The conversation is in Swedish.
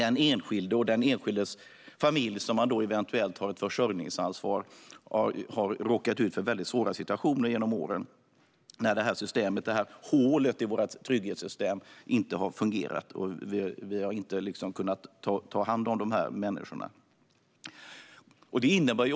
Även deras familjer, som de eventuellt har ett försörjningsansvar för, har råkat ut för mycket svåra situationer genom åren när detta system - detta hål i vårt trygghetssystem - inte har fungerat. Vi har inte kunnat ta hand om dessa människor.